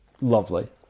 Lovely